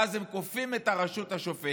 ואז הם כופים את הרשות השופטת.